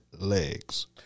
legs